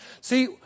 See